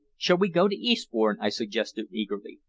shall we go to eastbourne? i suggested eagerly.